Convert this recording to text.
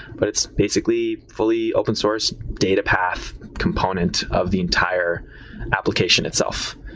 but it's basically fully open sourced data path component of the entire application itself.